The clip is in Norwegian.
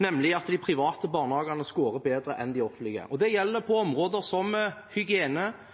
at de private barnehagene skårer bedre enn de offentlige. Det gjelder på områder som hygiene,